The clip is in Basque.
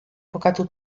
kokatua